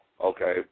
Okay